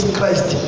Christ